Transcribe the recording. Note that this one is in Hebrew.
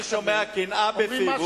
אני שומע קנאה בפיו,